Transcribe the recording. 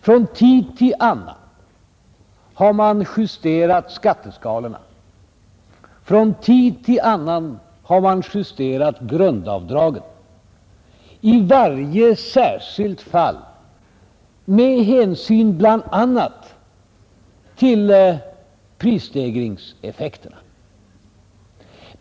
Från tid till annan har vi justerat skatteskalorna och grundavdragen i varje särskilt fall, bl.a. med hänsyn till prisstegringseffekterna.